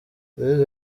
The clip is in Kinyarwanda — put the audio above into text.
yagize